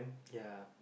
ya